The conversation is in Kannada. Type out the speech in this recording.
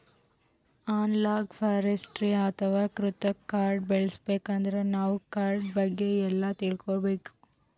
ಅನಲಾಗ್ ಫಾರೆಸ್ಟ್ರಿ ಅಥವಾ ಕೃತಕ್ ಕಾಡ್ ಬೆಳಸಬೇಕಂದ್ರ ನಾವ್ ಕಾಡ್ ಬಗ್ಗೆ ಎಲ್ಲಾ ತಿಳ್ಕೊಂಡಿರ್ಬೇಕ್